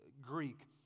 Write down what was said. Greek